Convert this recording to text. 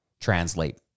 translate